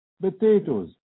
potatoes